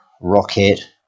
rocket